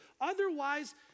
Otherwise